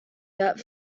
that